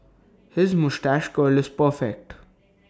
his moustache curl is perfect